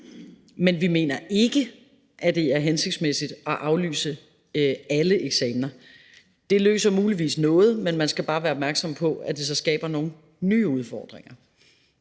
men vi mener ikke, at det er hensigtsmæssigt at aflyse alle eksamener. Det løser muligvis noget, men man skal bare være opmærksom på, at det skaber nogle nye udfordringer.